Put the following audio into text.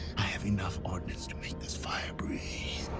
i have enough ordnance to make this fire breathe.